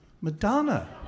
Madonna